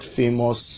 famous